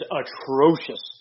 atrocious